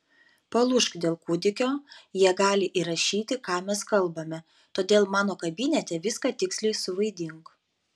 palūžk dėl kūdikio jie gali įrašyti ką mes kalbame todėl mano kabinete viską tiksliai suvaidink